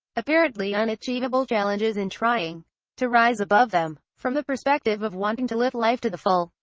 apparently unachievable challenges and trying to rise above them. from the perspective of wanting to live life to the full,